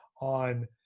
on